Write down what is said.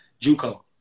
Juco